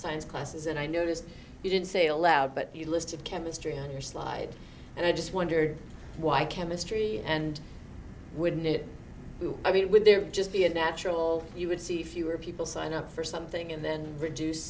science classes and i noticed you didn't say aloud but the list of chemistry on your slides and i just wondered why chemistry and wouldn't it i mean when there just be a natural you would see fewer people sign up for something and then reduce